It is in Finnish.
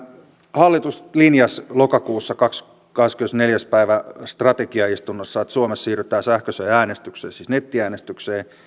hallitus linjasi lokakuussa kahdeskymmenesneljäs päivä strategiaistunnossaan että suomessa siirrytään sähköiseen äänestykseen siis nettiäänestykseen